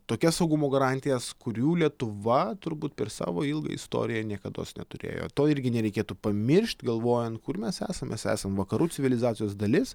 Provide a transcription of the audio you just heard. tokias saugumo garantijas kurių lietuva turbūt per savo ilgą istoriją niekados neturėjo to irgi nereikėtų pamiršt galvojant kur mes esam mes esam vakarų civilizacijos dalis